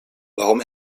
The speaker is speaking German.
warum